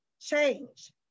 change